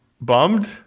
bummed